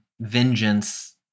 vengeance